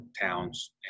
towns